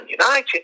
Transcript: United